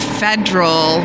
federal